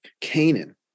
Canaan